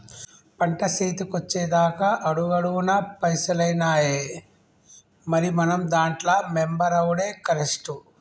పంట సేతికొచ్చెదాక అడుగడుగున పైసలేనాయె, మరి మనం దాంట్ల మెంబరవుడే కరెస్టు